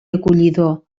acollidor